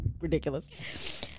ridiculous